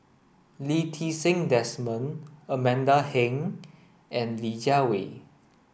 Lee Ti Seng Desmond Amanda Heng and Li Jiawei